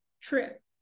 trip